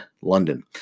London